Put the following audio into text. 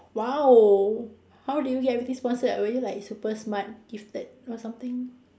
!wow! how did you get everything sponsored were you like super smart gifted or something